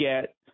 get